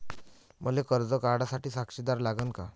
मले कर्ज काढा साठी साक्षीदार लागन का?